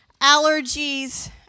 allergies